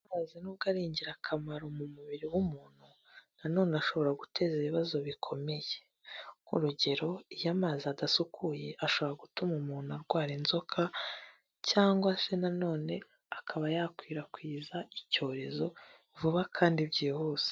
Amazi n'ubwo ari ingirakamaro mu mubiri w'umuntu nanone ashobora guteza ibibazo bikomeye, nk'urugero iyo amazi adasukuye, ashobora gutuma umuntu arwara inzoka cyangwa se nanone akaba yakwirakwiza icyorezo vuba kandi byihuse.